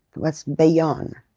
was beyond,